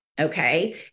okay